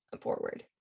forward